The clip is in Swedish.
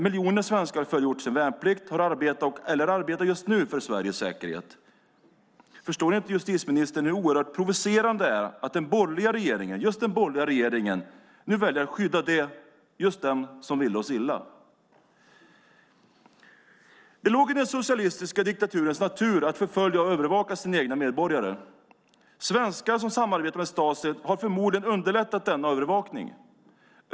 Miljoner svenskar har fullgjort sin värnplikt, har arbetat eller arbetar just nu för Sveriges säkerhet. Förstår inte justitieministern hur oerhört provocerande det är att den borgerliga regeringen väljer att skydda den som vill oss illa? Det låg i den socialistiska diktaturens natur att förfölja och övervaka sina egna medborgare. Svenskar som samarbetade med Stasi har förmodligen underlättat denna övervakning.